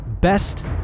Best